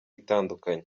itandukanye